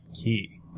key